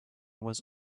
was